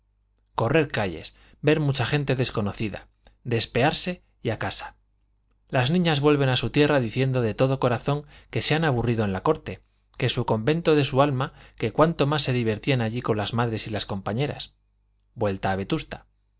correr calles ver mucha gente desconocida despearse y a casa las niñas vuelven a su tierra diciendo de todo corazón que se han aburrido en la corte que su convento de su alma que cuánto más se divertían allí con las madres y las compañeras vuelta a vetusta